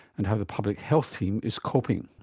and how the public health team is coping.